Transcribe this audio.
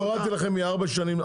זה שהורדתי לכם מארבע שנים?